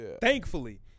thankfully